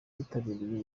bitabiriye